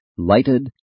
lighted